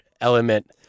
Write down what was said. element